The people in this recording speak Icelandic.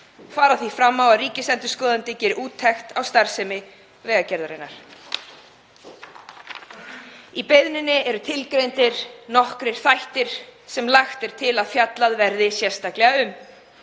fara því fram á að ríkisendurskoðandi geri úttekt á starfsemi Vegagerðarinnar. Í beiðninni eru tilgreindir nokkrir þættir sem lagt er til að fjallað verði sérstaklega um.